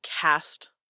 cast